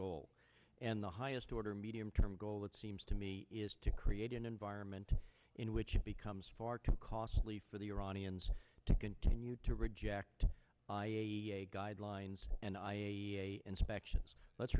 goal and the highest order medium term goal it seems to me is to create an environment in which it becomes far too costly for the iranians to continue to reject guidelines and i a e a inspections let's